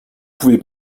pouvez